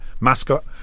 mascot